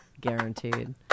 Guaranteed